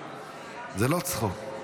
זה לא צחוק.